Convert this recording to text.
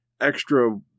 extra